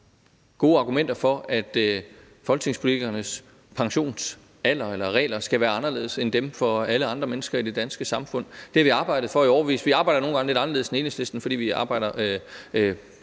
gode argumenter for, at folketingspolitikernes pensionsalder eller -regler skal være anderledes end dem, der gælder for alle andre mennesker i det danske samfund. Det har vi arbejdet for i årevis. Vi arbejder nogle gange lidt anderledes end Enhedslisten, fordi vi arbejder